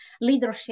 leadership